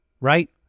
right